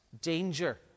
danger